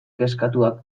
kezkatuak